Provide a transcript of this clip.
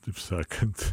taip sakant